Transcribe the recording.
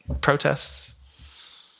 protests